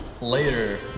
later